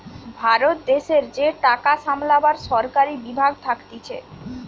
ভারত দেশের যে টাকা সামলাবার সরকারি বিভাগ থাকতিছে